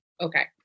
okay